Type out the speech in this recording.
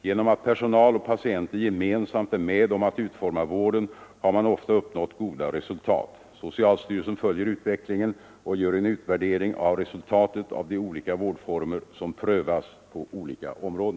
Genom att personal och patienter gemensamt är med om att utforma vården har man ofta uppnått goda resultat. Socialstyrelsen följer utvecklingen och gör en utvärdering av resultatet av de olika vårdformer som prövas på detta område.